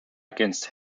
against